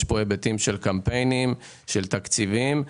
יש היבטים של קמפיינים, של תקציבים.